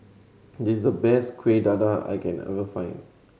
this is the best Kuih Dadar I can ever find